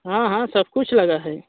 हाँ हाँ सब कुछ लगा है